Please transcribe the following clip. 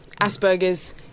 Asperger's